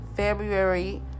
February